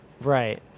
Right